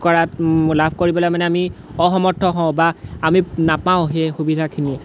কৰাত লাভ কৰিবলৈ মানে আমি অসমৰ্থ হওঁ বা আমি নাপাওঁ সেই সুবিধাখিনি